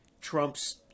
Trump's